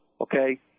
okay